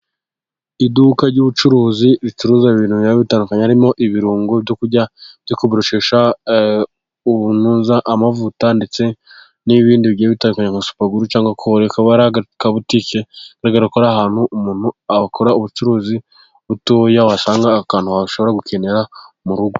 Iduka ry'ubucuruzi ricuruza ibintu biba bitandukanye, harimo ibirungo byo kurya, byo kubrosesha, ubuntuza, amavuta ndetse n'ibindi bigiye bitandukanye, amasupaguru, cyangwa kore kaba ari akabutike, bigaragara ko ari ahantu, umuntu akora ubucuruzi butoya, wasanga akantu umuntu ashobora gukenera mu rugo.